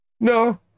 No